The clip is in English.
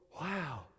Wow